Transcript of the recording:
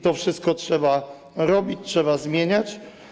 To wszystko trzeba robić, trzeba zmieniać.